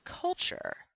culture